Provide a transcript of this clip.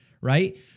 right